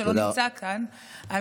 הביטחון, שלא נמצא כאן, תודה.